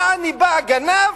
יעני, בא הגנב,